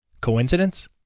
Coincidence